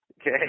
Okay